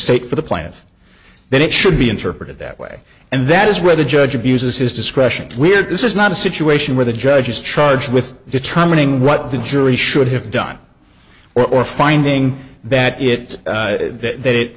state for the planet then it should be interpreted that way and that is where the judge abuses his discretion we're this is not a situation where the judge is charged with determining what the jury should have done or finding that it's that it